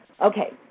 Okay